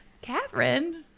Catherine